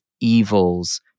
evils